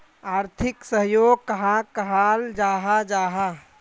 आर्थिक सहयोग कहाक कहाल जाहा जाहा?